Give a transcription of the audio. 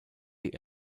die